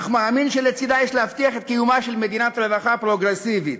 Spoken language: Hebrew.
אך מאמין שלצדה יש להבטיח את קיומה של מדינת רווחה פרוגרסיבית.